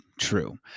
true